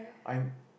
I'm